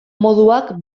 moduak